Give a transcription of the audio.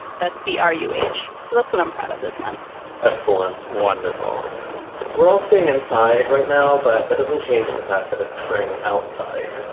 that's b r u h. so that's what i'm proud of this month excellent. wonderful we're all sitting inside right now, but that doesn't change the fact that it's spring outside.